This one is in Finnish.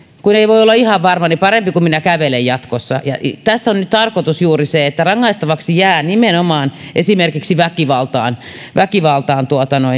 kun ei voi olla ihan varma niin parempi kun minä kävelen jatkossa tässä on tarkoitus juuri se että rangaistavaksi jää nimenomaan esimerkiksi väkivaltaan väkivaltaan